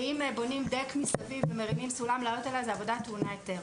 אם בונים דק מסביב ומרימים סולם לעלות אליה העבודה טעונה היתר.